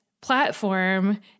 platform